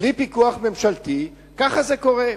בלי פיקוח ממשלתי, ככה זה קורה.